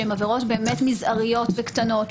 שהן עבירות באמת מזעריות וקטנות,